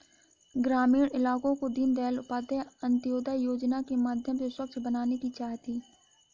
ग्रामीण इलाकों को दीनदयाल उपाध्याय अंत्योदय योजना के माध्यम से स्वच्छ बनाने की चाह थी